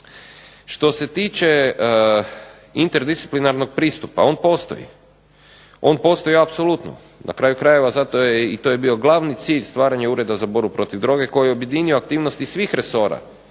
Što se tiče interdisciplinarnog pristupa, on postoji, on postoji apsolutno, na kraju krajeva zato je i to je bio glavni cilj stvaranja Ureda za borbu protiv droge koji je objedinio aktivnosti svih resorima